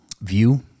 view